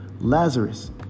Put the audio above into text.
Lazarus